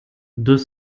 deux